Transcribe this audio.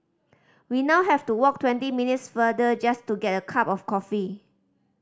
we now have to walk twenty minutes farther just to get a cup of coffee